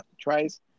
tries